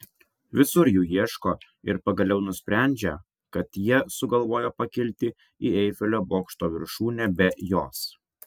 visur jų ieško ir pagaliau nusprendžia kad jie sugalvojo pakilti į eifelio bokšto viršūnę be jos